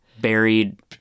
buried